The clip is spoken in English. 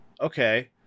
okay